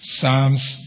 Psalms